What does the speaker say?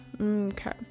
Okay